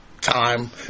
time